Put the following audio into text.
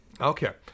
Okay